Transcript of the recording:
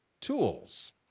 tools